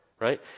right